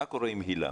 מה קורה עם היל"ה?